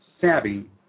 savvy